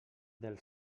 del